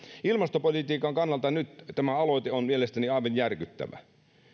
ilmastopolitiikan kannalta tämä aloite on mielestäni aivan järkyttävä